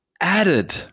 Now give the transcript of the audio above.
added